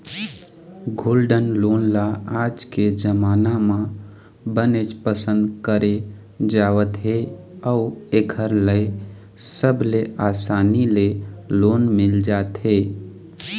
gold loan ल आज के जमाना म बनेच पसंद करे जावत हे अउ एखर ले सबले असानी ले लोन मिल जाथे